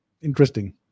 Interesting